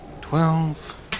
Twelve